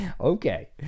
Okay